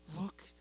Look